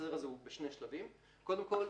הסדר הוא בשני שלבים: קודם כל,